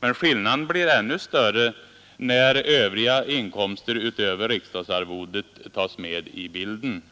Men skillnaden blir ännu större när övriga inkomster utöver riksdagsarvodet tas med i bilden.